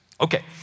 Okay